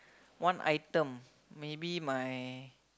one item maybe my